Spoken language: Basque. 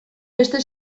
beste